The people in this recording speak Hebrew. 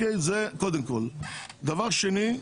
דבר שני.